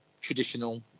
traditional